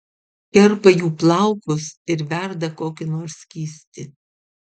kerpa jų plaukus ir verda kokį nors skystį